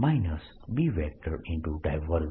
B B